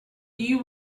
you